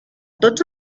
tots